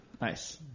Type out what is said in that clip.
Nice